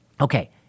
okay